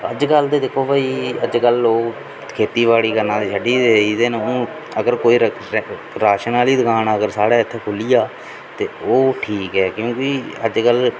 अजकल ते दिक्खो भाई अजकल लोग खेती बाड़ी करना ते छड्डी गेदे न हून अगर कोई राशना आह्ली दकान अगर साढ़ै इत्थै खुह्ल्ली जा ते ओह् ठीक ऐ क्योंकि अजकल